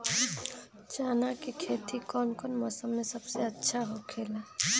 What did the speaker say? चाना के खेती कौन मौसम में सबसे अच्छा होखेला?